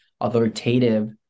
authoritative